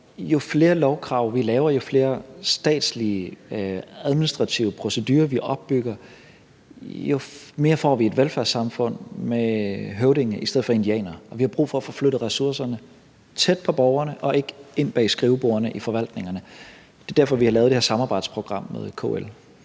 Jo flere lovkrav vi laver, og jo flere statslige administrative procedurer vi opbygger, jo mere får vi et velfærdssamfund med høvdinge i stedet for indianere. Vi har brug for at få flyttet ressourcerne tæt på borgerne og ikke ind bag skrivebordene i forvaltningerne. Det er derfor, vi har lavet det her samarbejdsprogram med KL.